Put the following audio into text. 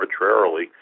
arbitrarily